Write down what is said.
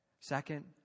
Second